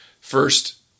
first